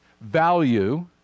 value